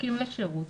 שזקוקים לשירות,